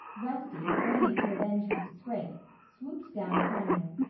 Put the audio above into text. rusty, burning to avenge his disgrace, swooped down upon him.